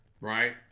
Right